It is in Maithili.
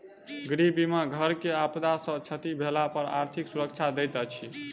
गृह बीमा घर के आपदा सॅ क्षति भेला पर आर्थिक सुरक्षा दैत अछि